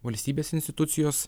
valstybės institucijos